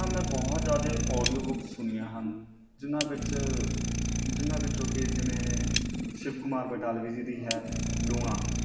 ਹਾਂ ਮੈਂ ਬਹੁਤ ਜ਼ਿਆਦਾ ਓਡੀਓ ਬੁੱਕ ਸੁਣੀਆਂ ਹਨ ਜਿਨ੍ਹਾਂ ਵਿੱਚ ਜਿਨ੍ਹਾਂ ਵਿੱਚੋਂ ਕਿ ਜਿਵੇਂ ਸ਼ਿਵ ਕੁਮਾਰ ਬਟਾਲਵੀ ਜੀ ਦੀ ਹੈ ਲੂਣਾ